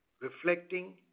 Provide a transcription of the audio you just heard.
reflecting